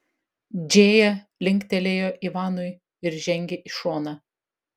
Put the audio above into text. džėja linktelėjo ivanui ir žengė į šoną